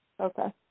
Okay